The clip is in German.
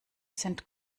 sind